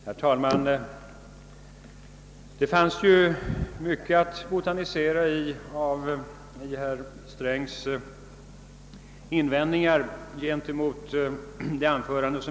Herr talman! Det fanns mycket att botanisera i herr Strängs invändningar mot mitt anförande.